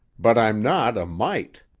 but i'm not a mite.